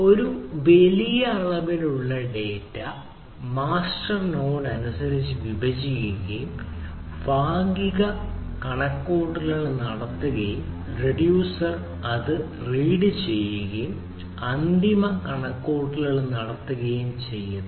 ഒരു വലിയ അളവിലുള്ള ഡാറ്റ ഉണ്ടെങ്കിൽ മാസ്റ്റർ നോഡ് അതനുസരിച്ച് വിഭജിക്കുകയും ഭാഗിക കണക്കുകൂട്ടൽ നടത്തുകയും റിഡ്യൂസർ അത് റീഡ് ചെയ്യുകയും അന്തിമ കണക്കുകൂട്ടൽ നടത്തുകയും ചെയ്യുന്നു